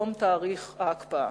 תאריך תום ההקפאה.